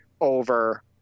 over